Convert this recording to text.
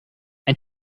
ein